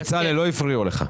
בצלאל, לא הפריעו לך.